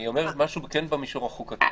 אני אומר משהו במישור החוקתי,